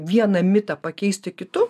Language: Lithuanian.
vieną mitą pakeisti kitu